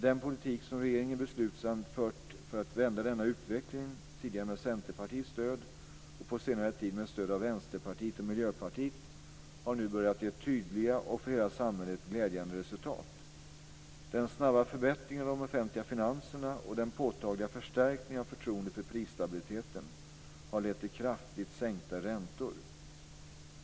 Den politik som regeringen beslutsamt fört för att vända denna utveckling, tidigare med Centerpartiets stöd och på senare tid med stöd av Vänsterpartiet och Miljöpartiet, har nu börjat ge tydliga och för hela samhället glädjande resultat. Den snabba förbättringen av de offentliga finanserna och den påtagliga förstärkning av förtroendet för prisstabiliteten har lett till kraftigt sänkta räntor.